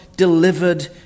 delivered